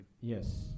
Yes